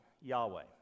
Yahweh